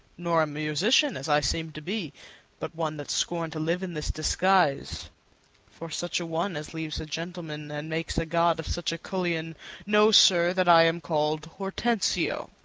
nor a musician as i seem to be but one that scorn to live in this disguise for such a one as leaves a gentleman and makes a god of such a cullion know, sir, that i am call'd hortensio.